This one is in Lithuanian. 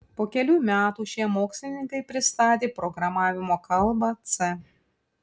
po kelių metų šie mokslininkai pristatė programavimo kalbą c